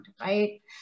right